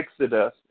Exodus